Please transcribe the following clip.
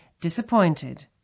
disappointed